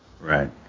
Right